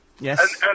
Yes